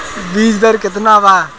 बीज दर केतना बा?